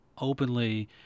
openly